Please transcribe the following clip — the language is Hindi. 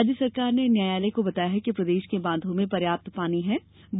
राज्य सरकार ने न्यायालय को बताया कि प्रदेश के बांधों में पर्याप्त मात्रा में पानी है